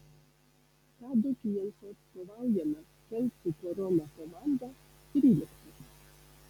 tado kijansko atstovaujama kelcų korona komanda trylikta